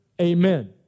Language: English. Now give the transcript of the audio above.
Amen